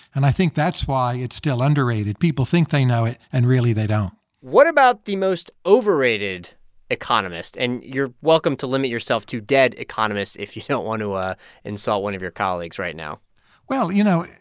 and i think that's why it's still underrated. people think they know it, and, really, they don't what about the most overrated economist? and you're welcome to limit yourself to dead economists if you don't want to ah insult one of your colleagues right now well, you know,